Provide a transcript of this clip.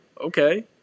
Okay